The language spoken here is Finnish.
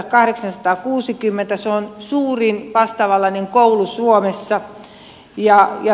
se on suurin vastaavanlainen koulu suomessa